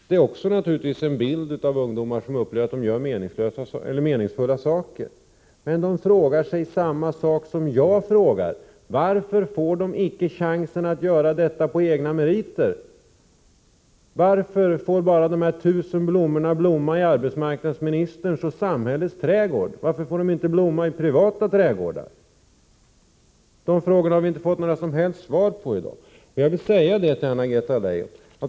Naturligtvis får vi en bild av ungdomar som upplever att de gör meningsfulla saker, men de frågar sig samma saker som jag: Varför får de icke chansen att göra detta på egna meriter? Varför får de tusen blommorna blomma bara i arbetsmarknadsministerns och samhällets trädgård? Varför får de inte blomma i privata trädgårdar? De frågorna har vi inte fått några som helst svar på i dag.